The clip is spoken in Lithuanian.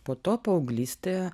po to paauglystė